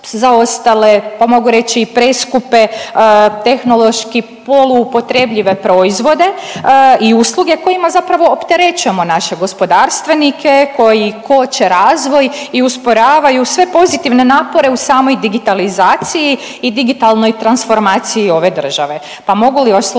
zaostale, pa mogu reći i preskupe tehnološki polu upotrebljive proizvode i usluge kojima zapravo opterećujemo naše gospodarstvenike koji koče razvoj i usporavaju sve pozitivne napore u samoj digitalizaciji i digitalnoj transformaciji ove države. Pa mogu li vas